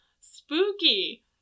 Spooky